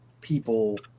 people